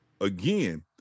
again